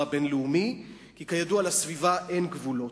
כי כידוע, לסביבה אין גבולות,